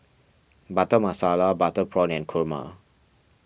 Butter Masala Butter Prawn and Kurma